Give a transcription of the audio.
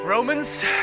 Romans